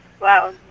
Wow